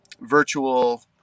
virtual